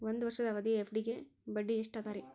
ಒಂದ್ ವರ್ಷದ ಅವಧಿಯ ಎಫ್.ಡಿ ಗೆ ಬಡ್ಡಿ ಎಷ್ಟ ಅದ ರೇ?